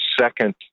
second